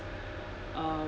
uh